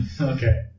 okay